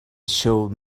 showed